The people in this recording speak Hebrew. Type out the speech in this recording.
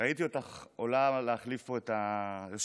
ראיתי אותך עולה להחליף פה את היושב-ראש,